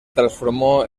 transformó